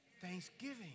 Thanksgiving